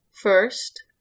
first